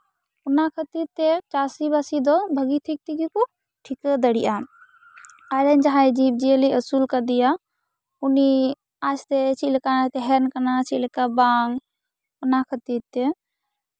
ᱚᱱᱟ ᱠᱷᱟᱹᱛᱤᱨ ᱛᱮ ᱪᱟᱥᱤᱵᱟᱥᱤ ᱫᱚ ᱵᱷᱟᱜᱤ ᱴᱷᱤᱠ ᱛᱮᱜᱮ ᱠᱩ ᱴᱷᱤᱠᱟᱹ ᱫᱟᱲᱮᱭᱟᱜᱼᱟ ᱟᱨᱚ ᱡᱟᱦᱟᱸᱭ ᱡᱤᱵᱼᱡᱤᱭᱟᱹᱞᱤ ᱟᱹᱥᱩᱞ ᱟᱠᱟᱫᱮᱭᱟ ᱩᱱᱤ ᱟᱡᱴᱷᱮᱡ ᱪᱮᱫ ᱞᱮᱠᱟᱭ ᱛᱟᱦᱮᱸᱱ ᱠᱟᱱᱟ ᱪᱮᱫᱞᱮᱠᱟ ᱵᱟᱝ ᱚᱱᱟ ᱠᱷᱟᱹᱛᱤᱨ ᱛᱮ